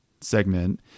segment